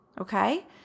okay